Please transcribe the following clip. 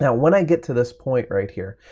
yeah when i get to this point right here,